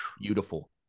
beautiful